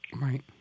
Right